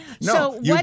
No